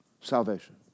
salvation